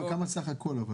כמה סך הכול?